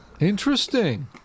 Interesting